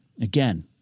Again